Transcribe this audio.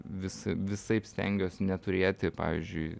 vis visaip stengiuos neturėti pavyzdžiui